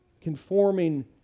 conforming